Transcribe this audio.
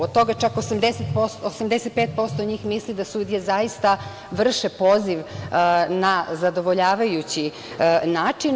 Od toga čak 85% njih misli da sudije zaista vrše poziv na zadovoljavajući način.